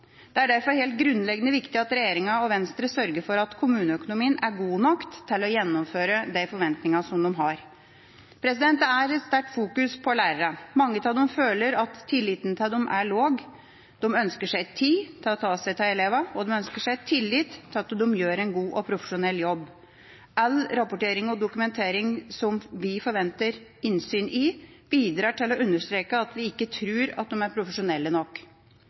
Det er derfor helt grunnleggende viktig at regjeringa og Venstre sørger for at kommuneøkonomien er god nok til å gjennomføre de forventningene de har. Det er sterkt fokus på lærerne. Mange av dem føler at tilliten til dem er lav. De ønsker seg tid til å ta seg av elevene, og de ønsker seg tillit til at de gjør en god og profesjonell jobb. All rapportering og dokumentering som vi forventer innsyn i, bidrar til å understreke at vi ikke tror de er profesjonelle nok.